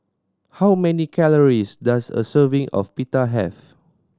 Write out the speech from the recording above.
how many calories does a serving of Pita have